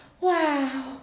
Wow